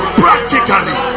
practically